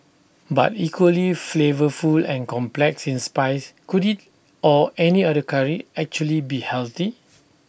but equally flavourful and complex in spice could IT or any other Curry actually be healthy